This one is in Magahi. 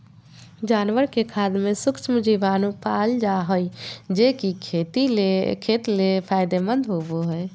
जानवर के खाद में सूक्ष्म जीवाणु पाल जा हइ, जे कि खेत ले फायदेमंद होबो हइ